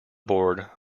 board